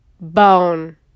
bone